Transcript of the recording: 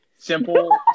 Simple